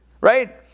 right